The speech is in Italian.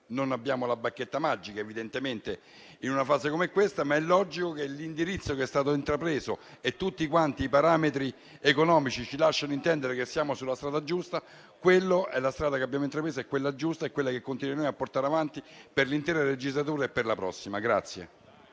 non abbiamo la bacchetta magica, evidentemente, in una fase come questa, ma è logico che l'indirizzo che è stato intrapreso e tutti i parametri economici ci lasciano intendere che siamo sulla strada giusta. La strada che abbiamo intrapreso è quella giusta e continueremo a portarla avanti per l'intera legislatura e per la prossima.